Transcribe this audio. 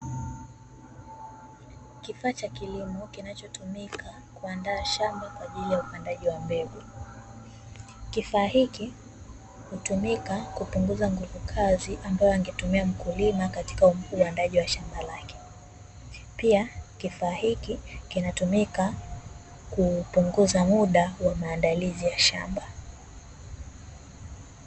Kifaa cha kilimo kinachotumika kuandaa shamba kwa ajili ya upandaji wa mbegu. Kifaa hiki, hutumika kupunguza nguvukazi ambayo angetumia mkulima katika uandaaji wa shamba lake. Pia kifaa hiki kinatumika kupunguza muda wa maadalizi wa shamba.